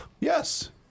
Yes